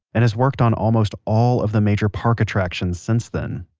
and has worked on almost all of the major park attractions since then